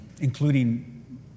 including